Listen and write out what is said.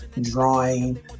drawing